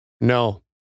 No